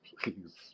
please